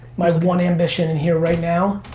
my one ambition in here right now,